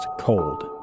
Cold